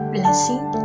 Blessing